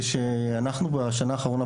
כשאנחנו בשנה האחרונה,